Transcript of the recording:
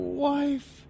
wife